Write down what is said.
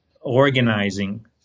organizing